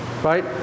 right